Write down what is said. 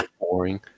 Boring